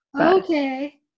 Okay